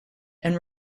and